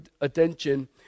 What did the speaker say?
attention